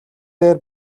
дээр